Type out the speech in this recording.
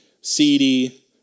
CD